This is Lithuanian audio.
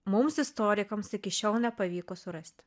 mums istorikams iki šiol nepavyko surast